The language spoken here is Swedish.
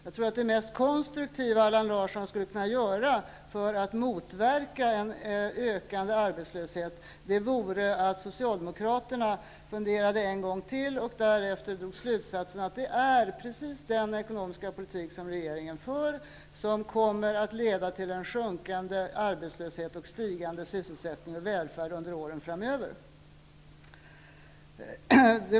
Det mest konstruktiva som Allan Larsson skulle kunna medverka till för att motverka en ökande arbetslöshet tror jag är att Socialdemokraterna funderar en gång till för att därefter dra slutsatsen att det är precis den ekonomiska politik som regeringen för som kommer att leda till en sjunkande arbetslöshet samt till en stigande sysselsättning och välfärd under åren framöver.